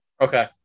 Okay